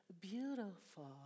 beautiful